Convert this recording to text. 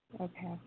Okay